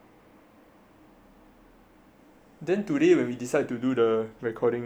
then today when we decide to do the recording rain so much